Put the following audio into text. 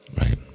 Right